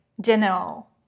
general